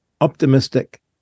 optimistic